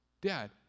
Dad